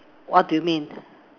what do you mean